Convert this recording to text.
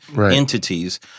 entities